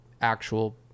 actual